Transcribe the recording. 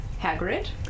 Hagrid